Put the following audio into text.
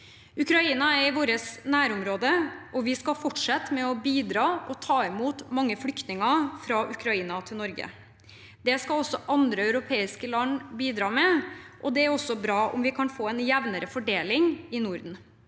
Ukraina er i vårt nærområde, og vi skal fortsette med å bidra og ta imot mange flyktninger fra Ukraina til Norge. Det skal også andre europeiske land bidra med, og det er bra om vi kan få en jevnere fordeling i Norden.